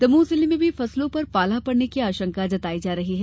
दमोह जिले में भी फसलों पर पाला पड़ने की आशंका जताई जा रही है